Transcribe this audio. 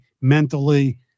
mentally